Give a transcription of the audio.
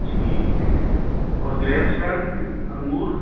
ٹھیک ہے اور گریپس میم انگور